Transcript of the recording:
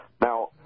Now